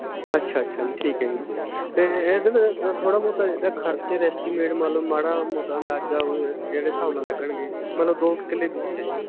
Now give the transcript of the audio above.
ਅੱਛਾ ਅੱਛਾ ਜੀ ਠੀਕ ਹੈ ਜੀ ਅਤੇ ਇਹਦੇ ਥੋੜ੍ਹਾ ਬਹੁਤਾ ਇਹਦਾ ਖਰਚੇ ਦਾ ਐਸਟੀਮੇਟ ਮੰਨ ਲਉ ਮਾੜਾ ਮੋਟਾ ਅੰਦਾਜਾ ਕਿਹੜੇ ਹਿਸਾਬ ਨਾਲ ਲੱਗਣਗੇ ਮਤਲਬ ਦੋ ਕੁ ਕਿੱਲੇ ਬੀਜੇ ਹੈ ਜੀ